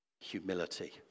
humility